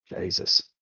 Jesus